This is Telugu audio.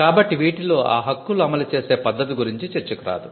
కాబట్టి వీటిలో ఆ హక్కులు అమలు చేసే పద్ధతి గురించి చర్చకు రాదు